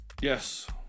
yes